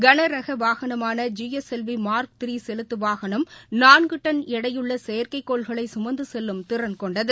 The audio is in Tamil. களரக வாகனமான G S L V mark three செலுத்து வாகனம் நான்கு டன் எடையுள்ள செயற்கைக் கோள்களை சுமந்து செல்லும் திறன் கொண்டது